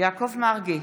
יעקב מרגי,